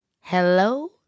Hello